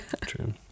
True